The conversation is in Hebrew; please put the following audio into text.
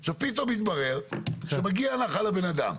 עכשיו, פתאום מתברר שמגיעה הנחה לבן אדם.